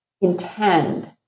intend